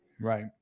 Right